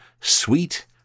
sweet